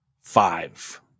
five